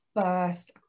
first